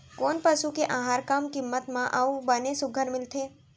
कोन पसु के आहार कम किम्मत म अऊ बने सुघ्घर मिलथे?